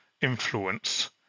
influence